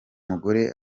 mugore